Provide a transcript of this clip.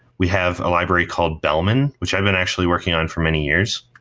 we have a library called bellman, which i've been actually working on for many years.